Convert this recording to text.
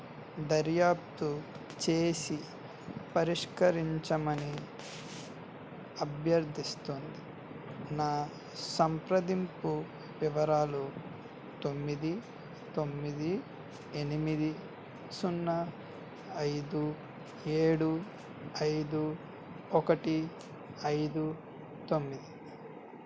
దర్యాప్తు చేసి పరిష్కరించమని అభ్యర్దిస్తోంది నా సంప్రదింపు వివరాలు తొమ్మిది తొమ్మిది ఎనిమిది సున్నా ఐదు ఏడు ఐదు ఒకటి ఐదు తొమ్మిది